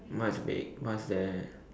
much big what's there